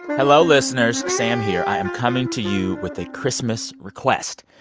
hello, listeners, sam here. i am coming to you with a christmas request.